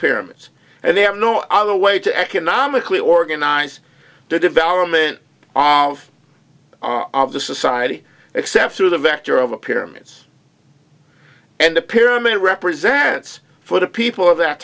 pyramids and they have no other way to economically organize the development of the society except through the vector of the pyramids and the pyramid represents for the people of that